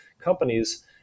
companies